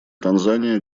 танзания